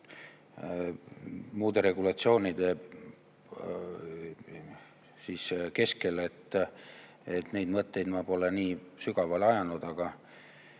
muude regulatsioonide keskel. Neid mõtteid ma pole nii sügavale ajanud. Aga